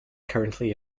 currently